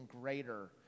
greater